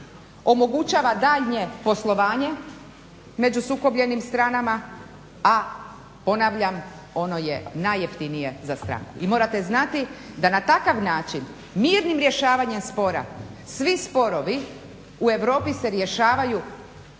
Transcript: omogućava daljnje poslovanje među sukobljenim stranama, a ponavljam ono je najjeftinije za stranku. I morate znati da na takav način mirnim rješavanjem spora svi sporovi u Europi se rješavaju